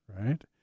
right